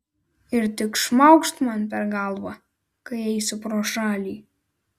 ir tik šmaukšt man per galvą kai eisiu pro šalį